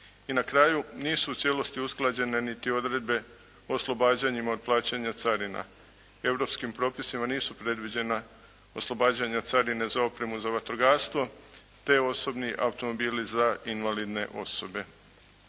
I na kraju, nisu u cijelosti usklađene niti odredbe oslobađanjem od plaćanja carina. Europskim propisima nisu predviđena oslobađanja carine za opremu za vatrogastvo te osobni automobili za invalidne osobe.